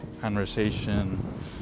conversation